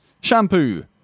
shampoo